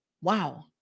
Wow